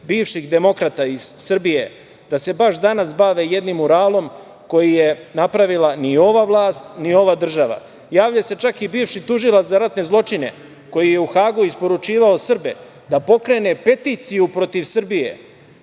bivših demokrata iz Srbije da se baš danas bave jednim muralom koji je napravila ni ova vlast, ni ova država? Javlja se čak i bivši tužilac za ratne zločine, koji je u Hagu isporučivao Srbe, da pokrene peticiju protiv Srbije